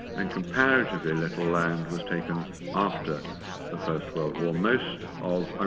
and comparatively little land was taken after the first world war. most of, ah